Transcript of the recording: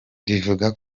rivuga